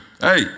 hey